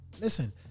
listen